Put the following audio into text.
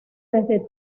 desde